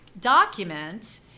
document